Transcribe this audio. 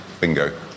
bingo